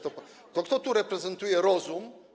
To kto tu reprezentuje rozum?